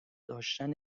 داشتن